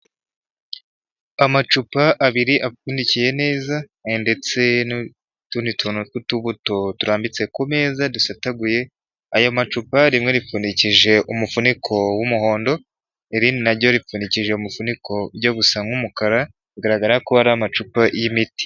Amacupa abiri apfundikiye neza ndetse n'utundi tuntu tw'utubuto turambitse ku meza dusataguye, aya macupa rimwe ripfundikije umufuniko wumuhondo irindi naryo ripfundikishije umufuniko ujya gusa nk'umukara bigaragara ko ari amacupa y'imiti.